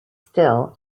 still